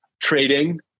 trading